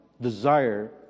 desire